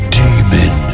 demon